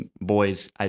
Boys